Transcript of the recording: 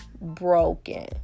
broken